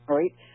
right